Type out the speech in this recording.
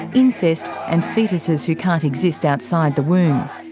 incest and foetuses who can't exist outside the womb.